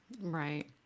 Right